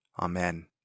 Amen